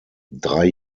drei